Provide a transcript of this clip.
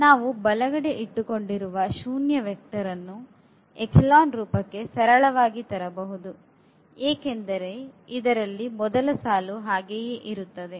ನಾವು ಬಲಗಡೆ ಇಟ್ಟುಕೊಂಡಿರುವ ಶೂನ್ಯ ವೆಕ್ಟರ್ ಅನ್ನು ಎಚೆಲಾನ್ ರೂಪಕ್ಕೆ ಸರಳವಾಗಿ ತರಬಹುದು ಏಕೆಂದರೆ ಇದರಲ್ಲಿ ಈ ಮೊದಲ ಸಾಲು ಹಾಗೆಯೇ ಇರುತ್ತದೆ